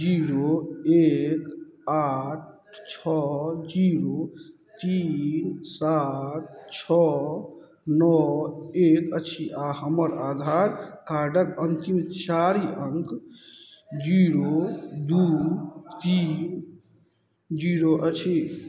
zero एक आठ छओ जीरो तीन सात छओ नओ एक अछि आओर हमर आधार कार्डके अन्तिम चारि अङ्क जीरो दुइ तीन जीरो अछि